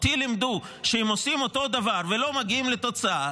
אותי לימדו שאם עושים אותו דבר ולא מגיעים לתוצאה,